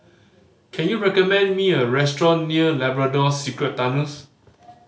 can you recommend me a restaurant near Labrador Secret Tunnels